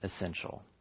essential